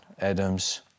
Adams